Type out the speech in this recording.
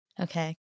Okay